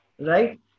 Right